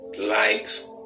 likes